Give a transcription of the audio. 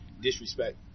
disrespect